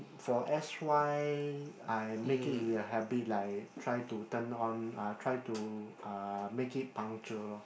for s_y I make it into a habit like try to turn on try to make it punctual lor